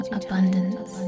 abundance